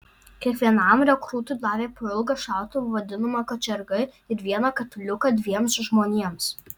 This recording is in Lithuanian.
kiekvienam rekrūtui davė po ilgą šautuvą vadinamą kačergą ir vieną katiliuką dviems žmonėms